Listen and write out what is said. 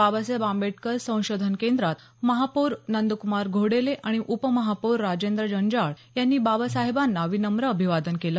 बाबासाहेब आंबेडकर संशोधन केंद्रात महापौर नंद्कुमार घोडेले आणि उपमहापौर राजेंद्र जंजाळ यांनी बाबासाहेबांच्या प्रतिमेला अभिवादन केलं